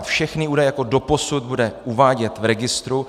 Všechny údaje jako doposud bude uvádět v registru.